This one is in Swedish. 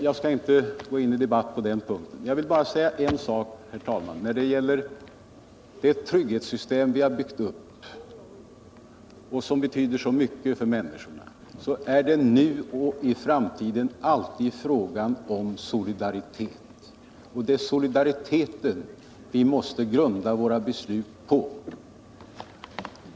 Jag skall inte gå in i debatt på den punkten, herr talman, utan endast säga: När det gäller det sociala trygghetssystem som vi har byggt upp och som betyder så mycket för människorna är det nu och i framtiden alltid fråga om solidaritet. Det är solidariteten vi måste grunda våra beslut på.